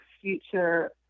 future